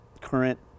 current